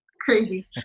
Crazy